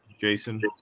Jason